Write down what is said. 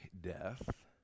death